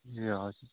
ए हजुर